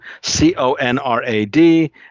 C-O-N-R-A-D